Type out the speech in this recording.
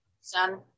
Son